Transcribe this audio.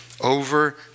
over